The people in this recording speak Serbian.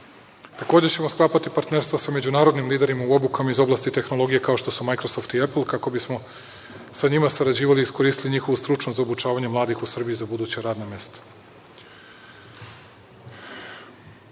ćemo sklapati partnerstva sa međunarodnim liderima u obukama iz oblasti tehnologije kao što su „Majkrosoft“ i „Epl“ kako bi smo sa njima sarađivali i iskoristili njihovu stručnost za obučavanje mladih u Srbiji za buduća radna mesta. Što